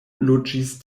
loĝis